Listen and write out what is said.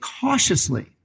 cautiously